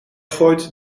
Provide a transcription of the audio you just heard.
gooit